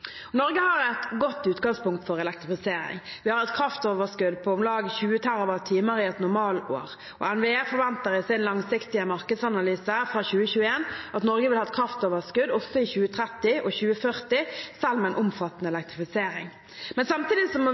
Norge har et godt utgangspunkt for elektrifisering. Vi har et kraftoverskudd på om lag 20 TWh i et normalår. NVE forventer i sin langsiktige markedsanalyse fra 2021 at Norge vil ha et kraftoverskudd også i 2030 og 2040, selv med en omfattende elektrifisering. Samtidig må vi